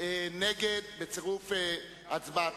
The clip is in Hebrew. אבי